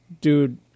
dude